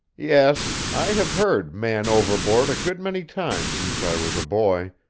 yes i have heard man overboard! a good many times since i was a boy,